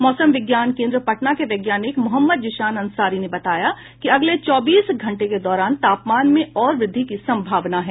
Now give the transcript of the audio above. मौसम विज्ञान केन्द्र पटना के वैज्ञानिक मोहम्मद जिशान अंसारी ने बताया कि अगले चौबीस घंटों के दौरान तापमान में और वृद्धि की संभावना है